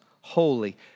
holy